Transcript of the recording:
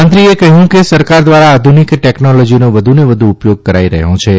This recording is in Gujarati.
મંત્રીએ કહ્યું કે સરકાર દ્વારા આધુનિક ટેકનાલાજીનાવધુને વધુ ઉપયામા કરાઇ રહ્યાછે